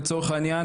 לצורך העניין,